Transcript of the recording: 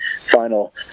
final